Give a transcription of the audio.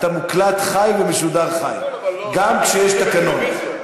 אתה מוקלט חי ומשודר חי, גם כשיש תקנון.